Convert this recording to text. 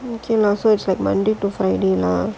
okay lah so it's like monday to friday lah